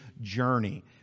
journey